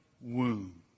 wound